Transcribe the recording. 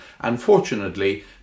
unfortunately